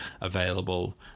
available